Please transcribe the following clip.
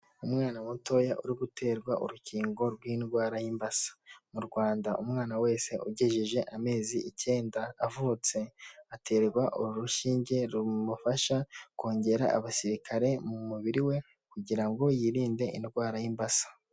Umwana mutoya uri guterwa urukingo rw'indwara y'imbasa, mu Rwanda umwana wese ugejeje amezi icyenda avutse, aterwa urushinge rumufasha kongera abasirikare mu mubiri we kugira ngo yirinde indwara y'imbasa.